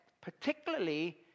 particularly